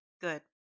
good